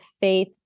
faith